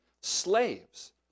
slaves